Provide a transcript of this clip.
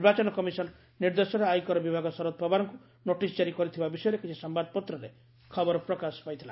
ନିର୍ବାଚନ କମିଶନ ନିର୍ଦ୍ଦେଶରେ ଆୟକର ବିଭାଗ ଶରଦ ପାୱାରଙ୍କୁ ନୋଟିସ୍ ଜାରି କରିଥିବା ବିଷୟରେ କିଛି ସମ୍ଭାଦପତ୍ରରେ ଖବର ପ୍ରକାଶ ପାଇଥିଲା